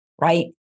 right